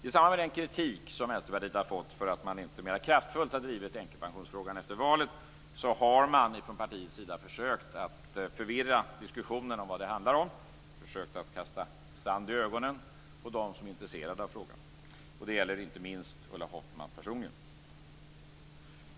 I samband med den kritik som Vänsterpartiet har fått för att man inte mer kraftfullt har drivit änkepensionsfrågan efter valet, har man från partiets sida försökt förvirra diskussionen, försökt kasta sand i ögonen på dem som är intresserade av frågan. Det gäller inte minst Ulla Hoffmann personligen.